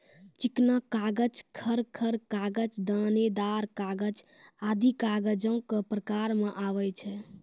चिकना कागज, खर खर कागज, दानेदार कागज आदि कागजो क प्रकार म आवै छै